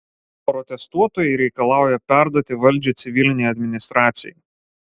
protestuotojai reikalauja perduoti valdžią civilinei administracijai